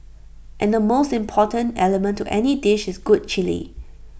and the most important element to any dish is good Chilli